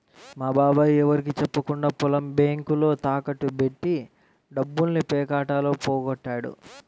మా బాబాయ్ ఎవరికీ చెప్పకుండా పొలం బ్యేంకులో తాకట్టు బెట్టి డబ్బుల్ని పేకాటలో పోగొట్టాడు